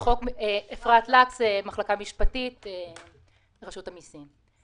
מן המחלקה המשפטית ברשות המסים.